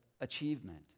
Achievement